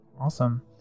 Awesome